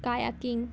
कांय किंग